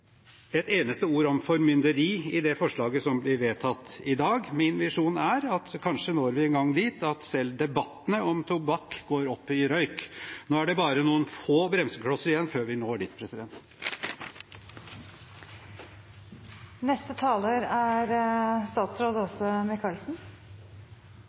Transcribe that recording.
et eneste ord om formynderi i det forslaget som blir vedtatt i dag. Min visjon er at kanskje når vi en gang dit at selv debattene om tobakk går opp i røyk. Nå er det bare noen få bremseklosser igjen før vi når dit. Selv om vi har oppnådd gode resultater i det tobakksforebyggende arbeidet i Norge, er